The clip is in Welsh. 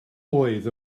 oedd